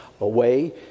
away